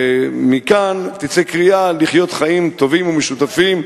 מכאן תצא קריאה לחיות חיים טובים ומשותפים,